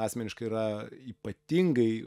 asmeniškai yra ypatingai